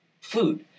food